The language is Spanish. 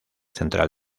central